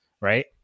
right